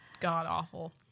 god-awful